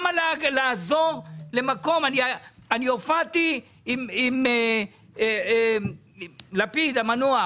אני הופעתי עם לפיד המנוח,